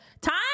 time